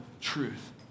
truth